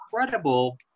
incredible